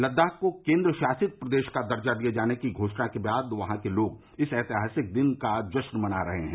लदाख को केन्द्र शासित प्रदेश का दर्जा दिए जाने की घोषणा के बाद वहां के लोग इस ऐतिहासिक दिन का जश्न मना रहे हैं